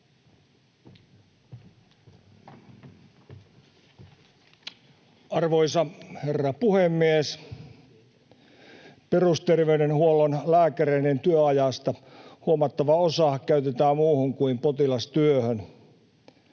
Arvoisa herra puhemies! Perusterveydenhuollon lääkäreiden työajasta huomattava osa käytetään muuhun kuin potilastyöhön.